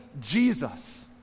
Jesus